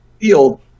field